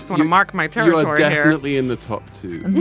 sort of mark my territory apparently in the top two.